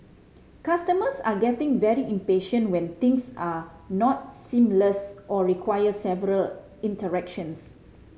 customers are getting very impatient when things are not seamless or require several interactions